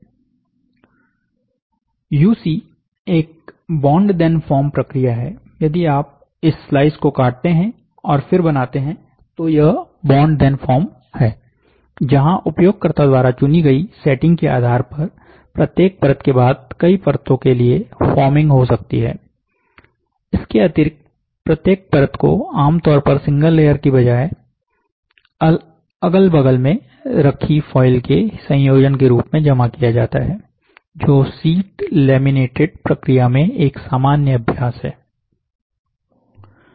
UC एक bond then form प्रक्रिया है यदि आप इस स्लाइस को काटते हैं और फिर बनाते हैं तो यह बॉन्ड धेन फॉर्म हैजहां उपयोगकर्ता द्वारा चुनी गई सेटिंग के आधार पर प्रत्येक परत के बाद कई परतो के लिए फॉर्मिंग हो सकती है इसके अतिरिक्त प्रत्येक परत को आमतौर पर सिंगल लेयर की बजा़य अगल बगल में रखी फॉयल के संयोजन के रूप में जमा किया जाता है जो शीट लैमिनेटेड प्रक्रिया मे एक सामान्य अभ्यास है